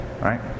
right